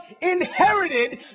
inherited